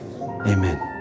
amen